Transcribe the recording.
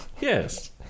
Yes